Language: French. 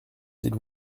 s’il